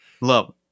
Love